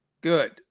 Good